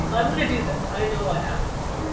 but i'm gonna do this. i know i have this.